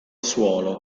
suolo